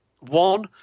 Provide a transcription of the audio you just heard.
One